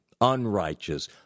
unrighteous